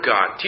God